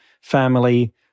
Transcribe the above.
family